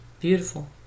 Beautiful